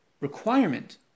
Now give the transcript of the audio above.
requirement